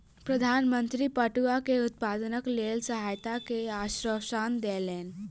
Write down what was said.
प्रधान मंत्री पटुआ के उत्पादनक लेल सहायता के आश्वासन देलैन